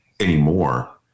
anymore